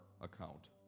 account